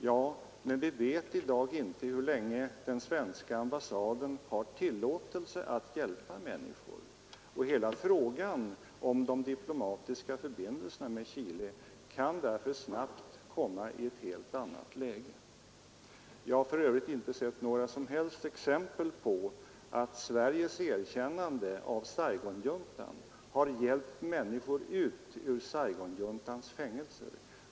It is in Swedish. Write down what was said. Ja, men vi vet i dag inte hur länge den svenska ambassaden har tillåtelse att hjälpa människor, och hela frågan om de diplomatiska förbindelserna med Chile kan därför snabbt komma i ett helt annat läge. Vi har för övrigt inte sett några som helst exempel på att Sveriges erkännande av Saigonjuntan har hjälpt människor ut ur Saigonjuntans fängelser.